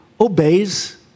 obeys